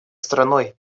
страной